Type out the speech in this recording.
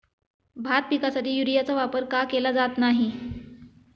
भात पिकासाठी युरियाचा वापर का केला जात नाही?